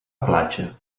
platja